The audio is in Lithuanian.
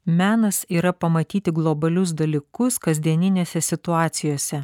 menas yra pamatyti globalius dalykus kasdieninėse situacijose